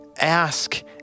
ask